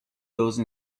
those